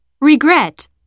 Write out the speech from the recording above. regret